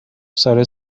ساره